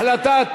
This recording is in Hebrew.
החלטת